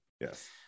Yes